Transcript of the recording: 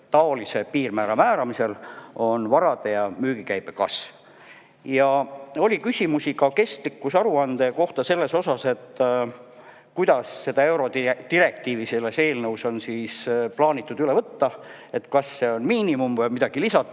taolise piirmäära määramisel on varade ja müügikäibe kasv. Ja oli küsimusi ka kestlikkusaruande kohta selles osas, et kuidas seda eurodirektiivi selles eelnõus on plaanitud üle võtta, kas see on miinimum või on midagi lisatud.